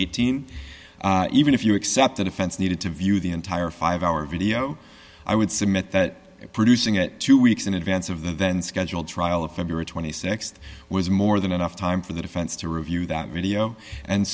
eighteen even if you accept the defense needed to view the entire five hour video i would submit that producing it two weeks in advance of the event scheduled trial of february th was more than enough time for the defense to review that video and